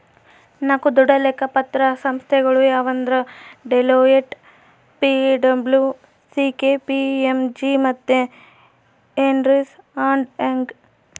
ನಾಕು ದೊಡ್ಡ ಲೆಕ್ಕ ಪತ್ರ ಸಂಸ್ಥೆಗುಳು ಯಾವಂದ್ರ ಡೆಲೋಯ್ಟ್, ಪಿ.ಡಬ್ಲೂ.ಸಿ.ಕೆ.ಪಿ.ಎಮ್.ಜಿ ಮತ್ತೆ ಎರ್ನ್ಸ್ ಅಂಡ್ ಯಂಗ್